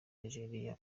nigeria